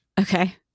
Okay